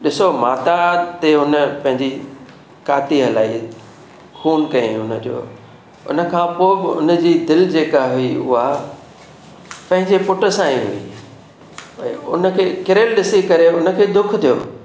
ॾिसो माता ते हुन पंहिंजी काती हलाई खून कयईं हुन जो हुन खां पोइ बि हुन जा दिलि जेका हुई उहा पंहिंजे पुट सां ई हुई ऐं उन खे किरियल ॾिसी करे उन खे दुखु थियो